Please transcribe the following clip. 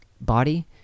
body